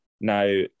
Now